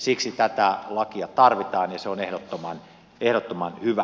siksi tätä lakia tarvitaan ja se on ehdottoman hyvä